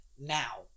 now